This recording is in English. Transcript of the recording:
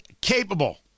capable